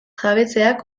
jabetzeak